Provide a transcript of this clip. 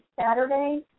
Saturday